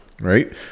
Right